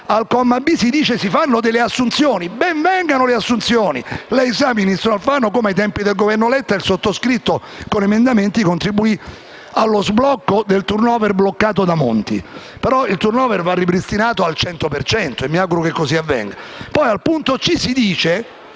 punto *b)* si dice che si faranno delle assunzioni. Ben vengano le assunzioni. Lei sa, ministro Alfano, come ai tempi del Governo Letta il sottoscritto, con alcuni emendamenti, contribuì allo sblocco del *turnover* bloccato dal Governo Monti, però il *turnover* va ripristinato al 100 per cento e mi auguro che così avvenga.